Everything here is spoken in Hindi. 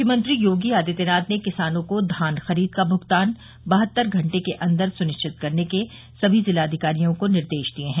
मुख्यमंत्री योगी आदित्यनाथ ने किसानों को धान खरीद का भूगतान बहत्तर घंटे के अन्दर सुनिश्चित करने के समी जिलाधिकारियों को निर्देश दिये हैं